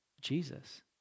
Jesus